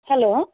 hello